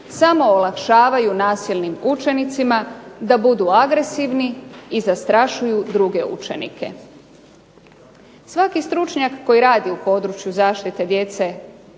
samo olakšavaju nasilnim učenicima da budu agresivni i zastrašuju druge učenike. Svaki stručnjak koji radi u području zaštite djece